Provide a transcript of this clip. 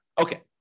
Okay